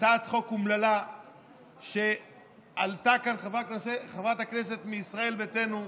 בהצעת חוק אומללה שהעלתה כאן חברת הכנסת מישראל ביתנו.